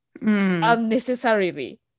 unnecessarily